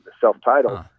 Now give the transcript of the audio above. Self-Titled